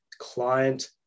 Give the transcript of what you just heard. Client